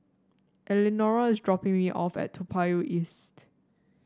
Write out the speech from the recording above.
Eleanora is dropping me off at Toa Payoh East